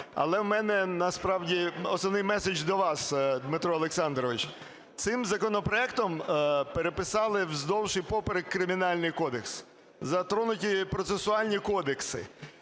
Але у мене насправді основний меседж до вас, Дмитро Олександровичу. Цим законопроектом переписали вздовж і поперек Кримінальний кодекс, затронуті процесуальні кодекси.